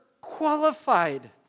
qualified